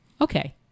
Okay